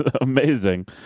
amazing